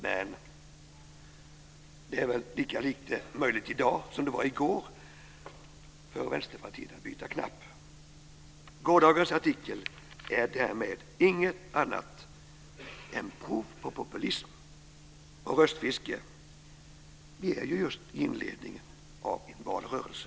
Men det är väl lika lite möjligt i dag som det var i går för Vänsterpartiet att byta knapp. Gårdagens artikel är därmed inget annat än prov på populism och röstfiske. Vi är ju just i inledningen av en valrörelse.